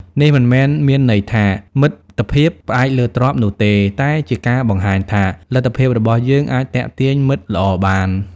នេះមិនមែនមានន័យថា មិត្តភាពផ្អែកលើទ្រព្យនោះទេ តែជាការបង្ហាញថា លទ្ធភាពរបស់យើងអាចទាក់ទាញមិត្តល្អបាន។